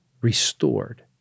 restored